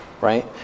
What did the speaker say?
right